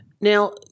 Now